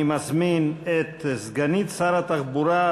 אני מזמין את סגנית שר התחבורה,